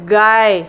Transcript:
guy